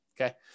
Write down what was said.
Okay